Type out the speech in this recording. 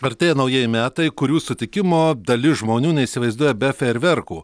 artėja naujieji metai kurių sutikimo dalis žmonių neįsivaizduoja be fejerverkų